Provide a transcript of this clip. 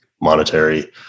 monetary